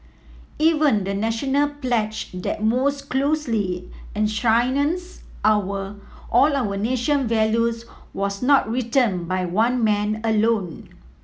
even the National pledge that most closely enshrines our all our nation values was not written by one man alone